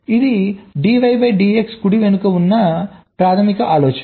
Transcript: ఇది dy dx కుడి వెనుక ఉన్న ప్రాథమిక ఆలోచన